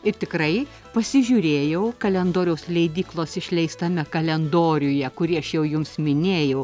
ir tikrai pasižiūrėjau kalendoriaus leidyklos išleistame kalendoriuje kurį aš jau jums minėjau